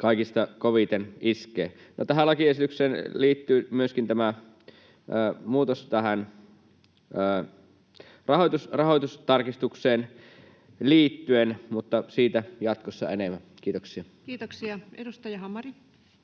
kaikista koviten iskee. No, tähän lakiesitykseen liittyy myöskin tämä muutos tähän rahoitustarkistukseen liittyen, mutta siitä jatkossa enemmän. — Kiitoksia. Kiitoksia. — Edustaja Hamari.